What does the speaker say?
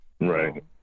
Right